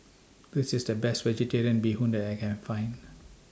This IS The Best Vegetarian Bee Hoon that I Can Find